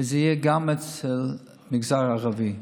וזה יהיה גם במגזר הערבי.